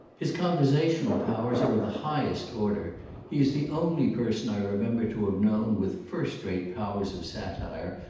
his conversational powers are of the highest order he is the only person i remember to have known with first rate powers of satire,